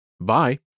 Bye